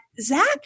Zach